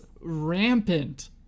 rampant